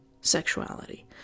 sexuality